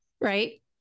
right